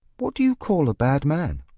what do you call a bad man?